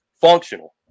functional